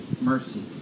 mercy